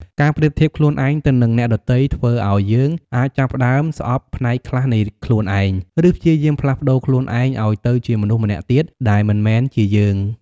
ការប្រៀបធៀបខ្លួនឯងទៅនិងអ្នកដ៏ទៃធ្វើអោយយើងអាចចាប់ផ្ដើមស្អប់ផ្នែកខ្លះនៃខ្លួនឯង ឬព្យាយាមផ្លាស់ប្ដូរខ្លួនឯងឱ្យទៅជាមនុស្សម្នាក់ទៀតដែលមិនមែនជាយើង។